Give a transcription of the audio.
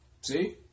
See